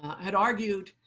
had argued,